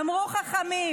אמרו חכמים"